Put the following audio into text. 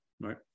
right